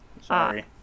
Sorry